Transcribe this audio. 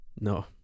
No